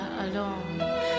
alone